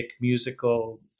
musical